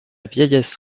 vieillesse